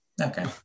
Okay